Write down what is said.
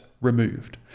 removed